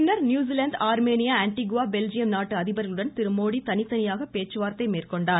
பின்னர் New Zealand Armenia Antigua Belgium நாட்டு அதிபர்களுடன் திரு மோடி தனித்தனியாக பேச்சுவார்த்தை மேற்கொண்டார்